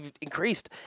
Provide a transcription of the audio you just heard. increased